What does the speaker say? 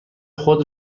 خود